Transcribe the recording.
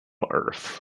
earth